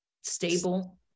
stable